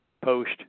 post